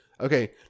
Okay